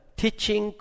teaching